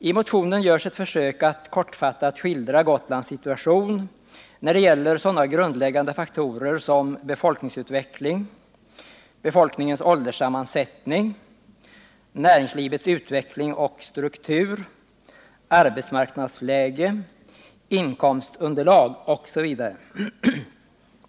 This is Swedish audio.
I motionen görs ett försök att kortfattat skildra Gotlands situation när det gäller sådana grundläggande faktorer som befolkningsutveckling, befolkningens ålderssammansättning, näringslivets utveckling och struktur, arbetsmarknadsläge, inkomstunderlag osv.